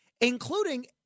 including